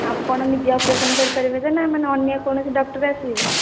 ଆପଣ ନିଜେ ଅପରେସନ୍ କରିପାରିବେ ନା ମାନେ ଅନ୍ୟ କୌଣସି ଡକ୍ଟର୍ ଆସିବେ